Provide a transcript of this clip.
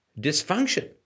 dysfunction